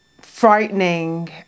frightening